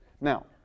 Now